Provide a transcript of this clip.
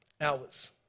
hours